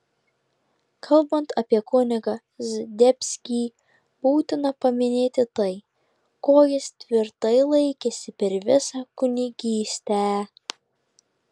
kalbant apie kunigą zdebskį būtina paminėti tai ko jis tvirtai laikėsi per visą kunigystę